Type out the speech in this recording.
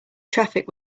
traffic